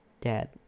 dad